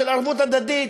של ערבות הדדית,